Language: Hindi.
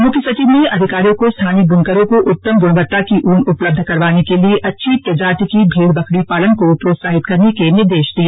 मुख्य सचिव ने अधिकारियों को स्थानीय ब्रनकरों को उत्तम ग्रणवत्ता की ऊन उपलब्ध करवाने के लिए अच्छी प्रजाति की भेड़ बकरी पालन को प्रोत्साहित करने के निर्देश दिए